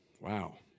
Wow